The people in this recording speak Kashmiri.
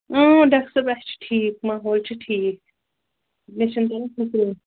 اۭں ڈاکٹر صٲب اَسہِ چھِ ٹھیٖک ماحول چھِ ٹھیٖک مےٚ چھِنہٕ تران فِکرے